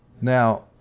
Now